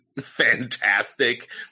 Fantastic